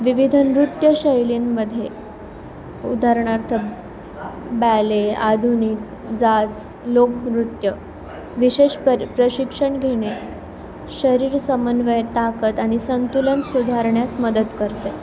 विविध नृत्यशैलींमध्ये उदाहरणार्थ बॅले आधुनिक जाज लोकनृत्य विशेष पर प्रशिक्षण घेणे शरीर समन्वय ताकद आणि संतुलन सुधारण्यास मदत करते